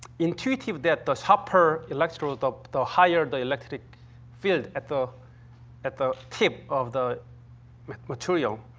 intuitive that the sharper electrode, the the higher the electric field at the at the tip of the material.